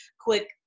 quick